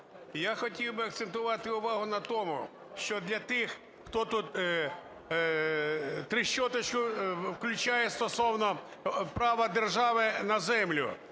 Я хотів би акцентувати увагу на тому, що для тих, хто тут "трещоточку" включає стосовно права держави на землю.